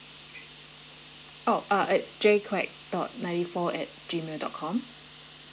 oh uh at J quek dot ninety four at G mail dot com